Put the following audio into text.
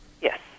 Yes